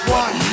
one